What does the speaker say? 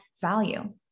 value